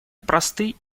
просты